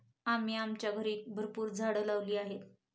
आम्ही आमच्या घरी भरपूर झाडं लावली आहेत